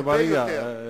חבר הכנסת אגבאריה,